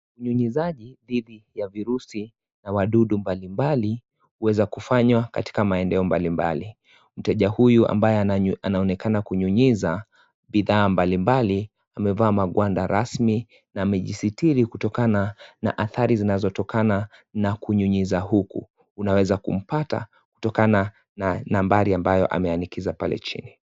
Unyunyizaji dhidi ya virusi na wadudu mbalimbali huweza kufanywa katika maeneo mbalimbali. Mteja huyu ambaye anaonekana kunyunyiza bidhaa mbalimbali, amevaa magwanda rasmi na amejisitiri kutokana na adhari zinazotokana na kunyunyiza huku. Unaweza kumpata kutokana nambari ambayo ameandikiza pale chini.